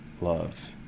love